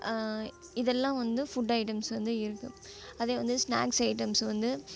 இதெல்லாம் வந்து food items வந்து இருக்குது அதே வந்து ஸ்நாக்ஸ் ஐட்டம்ஸ் வந்து